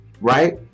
right